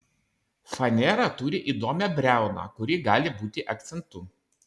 fanera turi įdomią briauną kuri gali būti akcentu